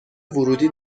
ورودی